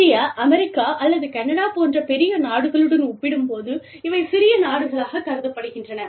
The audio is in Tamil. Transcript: இந்தியா அமெரிக்கா அல்லது கனடா போன்ற பெரிய நாடுகளுடன் ஒப்பிடும்போது இவை சிறிய நாடுகளாகக் கருதப்படுகின்றன